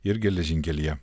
ir geležinkelyje